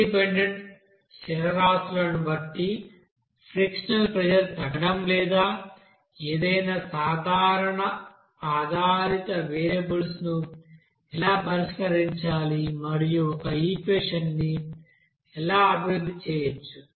independent చరరాశులను బట్టి frictional pressure తగ్గడం లేదా ఏదైనా సాధారణ ఆధారిత వేరియబుల్స్ను ఎలా పరిష్కరించాలి మరియు ఒక ఈక్వెషన్ ని ఎలా అభివృద్ధి చేయవచ్చు